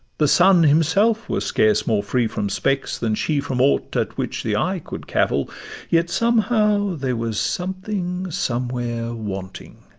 the sun himself was scarce more free from specks than she from aught at which the eye could cavil yet, somehow, there was something somewhere wanting,